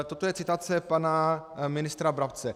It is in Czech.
Toto je citace pana ministra Brabce.